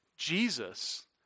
Jesus